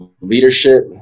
leadership